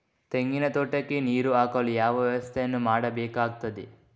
ತೆಂಗಿನ ತೋಟಕ್ಕೆ ನೀರು ಹಾಕಲು ಯಾವ ವ್ಯವಸ್ಥೆಯನ್ನು ಮಾಡಬೇಕಾಗ್ತದೆ?